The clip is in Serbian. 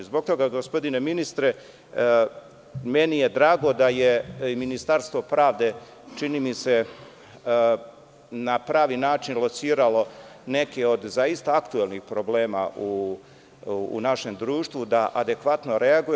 Zbog toga, gospodine ministre, meni je drago da je i Ministarstvo pravde, čini mi se, na pravi način lociralo neke od zaista aktuelnih problema u našem društvu, da adekvatno reaguje.